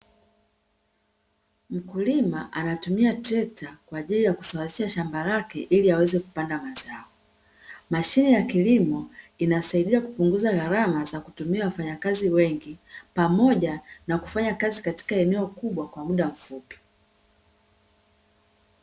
Mkulima anatumia trekta kwa ajili ya kusawazisha shamba lake ili aweze kupanda mazao. Mashine ya kilimo inasaidia kupunguza gharama za kutumia wafanyakazi wengi, pamoja na kufanya kazi katika eneo kubwa kwa mda mfupi.